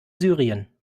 syrien